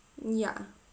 ya